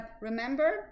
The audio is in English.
remember